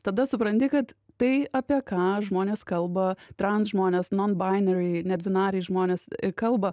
tada supranti kad tai apie ką žmonės kalba trans žmonės non binary ne dvinariai žmonės kalba